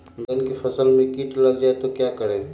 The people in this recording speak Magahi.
बैंगन की फसल में कीट लग जाए तो क्या करें?